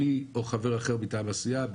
או חבר אחר מטעם הסיעה,